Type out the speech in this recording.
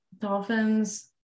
dolphins